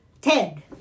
Ted